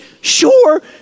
sure